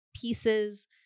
pieces